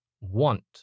want